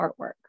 artwork